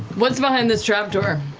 what's behind this trapdoor?